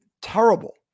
terrible